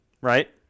Right